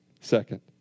second